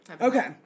Okay